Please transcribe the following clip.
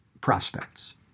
prospects